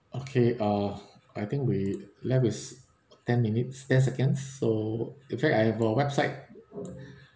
okay ah I think we left with ten minutes ten seconds so in fact I have a website